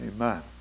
Amen